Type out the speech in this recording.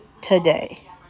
today